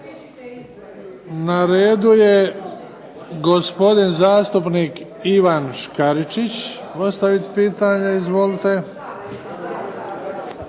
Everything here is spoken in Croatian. Na redu je gospodin zastupnik Ivan Škaričić za postaviti pitanje. Izvolite.